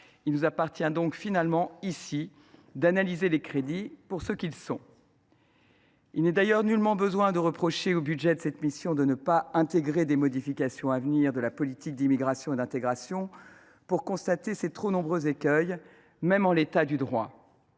ne nous revient que d’analyser les crédits pour ce qu’ils sont. Il n’est d’ailleurs nullement besoin de reprocher au budget de cette mission de ne pas intégrer des modifications à venir de la politique d’immigration et d’intégration pour constater ses trop nombreux écueils, même en l’état du droit.